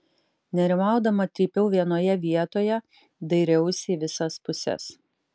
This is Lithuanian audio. nerimaudama trypiau vienoje vietoje dairiausi į visas puses